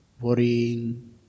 worrying